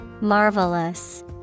marvelous